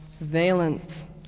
valence